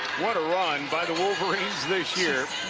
what a run by the wolverines this year.